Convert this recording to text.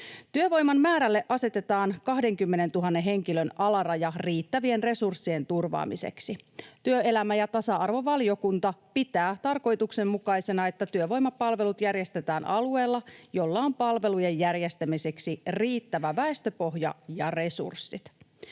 Työvoiman määrälle asetetaan 20 000 henkilön alaraja riittävien resurssien turvaamiseksi. Työelämä- ja tasa-arvovaliokunta pitää tarkoituksenmukaisena, että työvoimapalvelut järjestetään alueella, jolla on palvelujen järjestämiseksi riittävä väestöpohja ja resurssit.